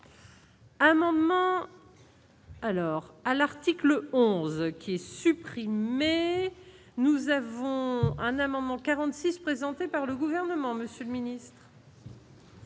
Alors, à l'article 11 qui est supprimé, nous avons un amendement 46 présenté par le gouvernement Monsieur miné.